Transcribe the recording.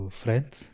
friends